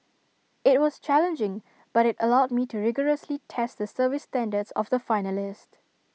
IT was challenging but IT allowed me to rigorously test the service standards of the finalist